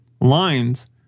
lines